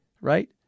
right